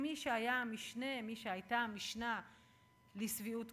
שמי שהייתה המשנה לשביעות